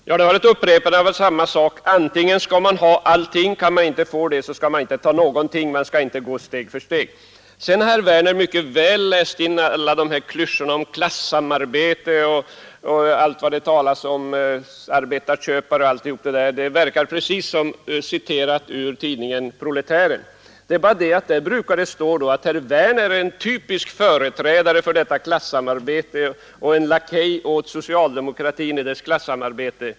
ställda i Herr talman! Detta var ett upprepande av samma sak. Man skall ha aktiebolag och allting — kan man inte få det skall man inte ta någonting. Man skall inte ekonomiska förgå fram steg för steg. eningar, m.m. Herr Werner i Tyresö har mycket väl läst in alla klyschorna om klassamarbete, arbetsköpare och allt detta. Det verkar precis vara citerat ur tidningen Prole typisk företrädare för detta klassamarbete och en lakej åt socialdemokratin i dess klassamarbete.